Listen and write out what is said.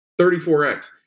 34X